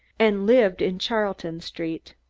and lived in charlton street.